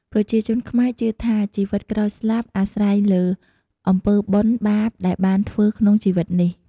ប្រជាជនខ្មែរជឿថា ជីវិតក្រោយស្លាប់អាស្រ័យលើអំពើបុណ្យបាបដែលបានធ្វើក្នុងជីវិតនេះ។